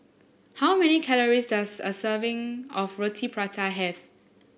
how many calories does a serving of Roti Prata have